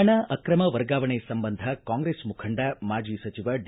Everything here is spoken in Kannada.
ಹಣ ಅಕ್ರಮ ವರ್ಗಾವಣೆ ಸಂಬಂಧ ಕಾಂಗ್ರೆಸ್ ಮುಖಂಡ ಮಾಜಿ ಸಚಿವ ಡಿ